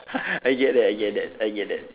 I get that I get that I get that